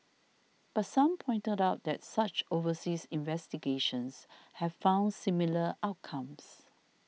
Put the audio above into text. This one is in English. but some pointed out that such overseas investigations have found similar outcomes